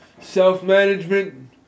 self-management